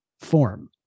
form